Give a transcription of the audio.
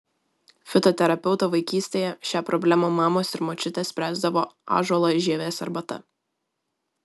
fitoterapeuto vaikystėje šią problemą mamos ir močiutės spręsdavo ąžuolo žievės arbata